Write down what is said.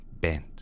bent